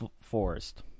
Forest